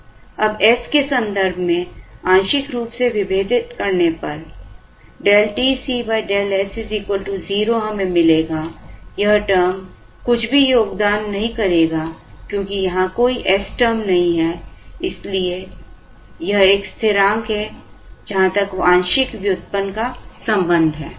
अब s के संदर्भ में आंशिक रूप से विभेदित करने पर dou TC dou s 0 हमें मिलेगा यह term कुछ भी योगदान नहीं करेगा क्योंकि यहाँ कोई s term नहीं है इसलिए यह एक स्थिरांक है जहां तक आंशिक व्युत्पन्न का संबंध है